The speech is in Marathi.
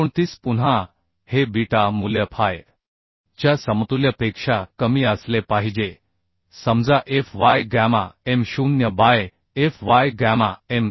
029 पुन्हा हे बीटा मूल्य Fy च्या समतुल्य पेक्षा कमी असले पाहिजे समजा Fy gamma m 0 by Fy gamma m1